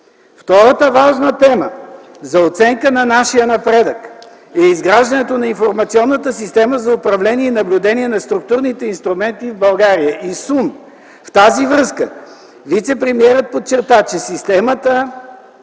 „Втората важна тема за оценка на нашия напредък е изграждането на информационната система за управление и наблюдение на структурните инструменти в България (ИСУН). В тази връзка вицепремиерът подчерта, че системата